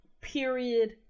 period